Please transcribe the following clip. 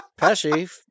Pesci